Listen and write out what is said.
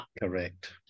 Correct